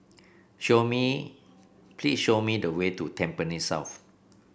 show me please show me the way to Tampines South